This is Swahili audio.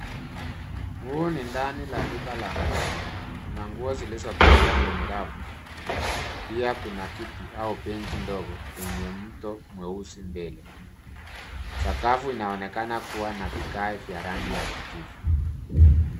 Huu ni ndani la duka la nguo. Kuna nguo zilizopangwa kwenye rafu. Pia kuna kiti au benchi ndogo yenye mto mweusi mbele. Sakafu inaonekana kuwa na vigae vya rangi ya kijivu.